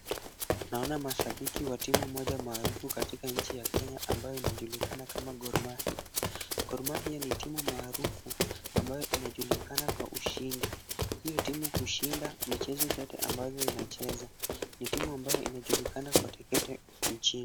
Naona mashabiki wa timu moja maarufu katika nchi ya Kenya ambayo inajulikana kama Gor Mahia. Gor Mahia ni timu maarufu ambayo inajulikana kwa ushindi. Hiyo timu hushinda michezo zote ambazo inacheza. Ni timu ambayo inajulikana kote kote nchini.